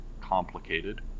complicated